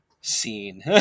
scene